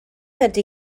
ydy